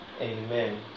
amen